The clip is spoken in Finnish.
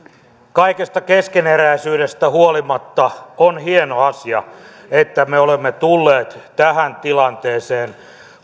kaikesta keskeneräisyydestä huolimatta on hieno asia että me olemme tulleet tähän tilanteeseen